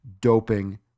doping